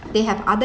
they have oth~